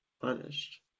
Punished